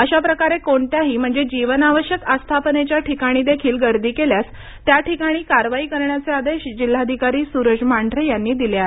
अशा प्रकारे कोणत्याही म्हणजे जीवनावश्यक आस्थापनेच्या ठिकाणी देखील गर्दी केल्यास त्या ठिकाणी कारवाई करण्याचे आदेश जिल्हाधिकारी सुरज मांढरे यांनी दिले आहेत